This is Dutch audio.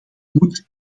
moet